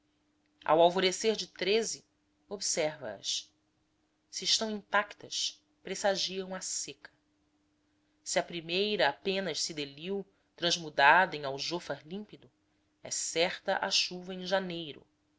ao alvorecer de observa as se estão intactas pressagiam a seca se a primeira apenas se deliu transmudada em aljôfar límpido é certa a chuva em janeiro